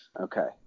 Okay